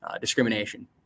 discrimination